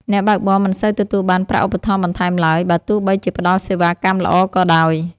អ្នកបើកបរមិនសូវទទួលបានប្រាក់ឧបត្ថម្ភបន្ថែមឡើយ បើទោះបីជាផ្ដល់សេវាកម្មល្អក៏ដោយ។